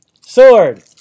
Sword